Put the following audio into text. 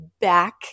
back